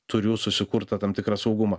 turiu susikurt tą tam tikrą saugumą